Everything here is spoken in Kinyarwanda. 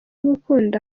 gukunda